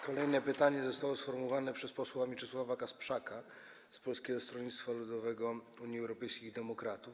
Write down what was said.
Kolejne pytanie zostało sformułowane przez posła Mieczysława Kasprzaka z Polskiego Stronnictwa Ludowego - Unii Europejskich Demokratów.